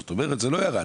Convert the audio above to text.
זאת אומרת - זה לא ירד.